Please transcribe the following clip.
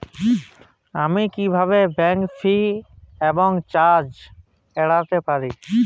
আমি কিভাবে bank fee এবং চার্জ এড়াতে পারি?